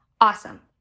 awesome